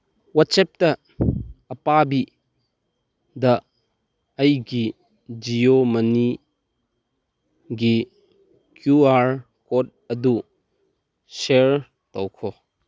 ꯋꯥꯆꯦꯞꯇ ꯑꯄꯥꯕꯤꯗ ꯑꯩꯒꯤ ꯖꯤꯌꯣ ꯃꯅꯤꯒꯤ ꯀ꯭ꯌꯨ ꯑꯥꯔ ꯀꯣꯠ ꯑꯗꯨ ꯁꯤꯌꯔ ꯇꯧꯈꯣ